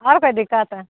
आरो कोइ दिक्कत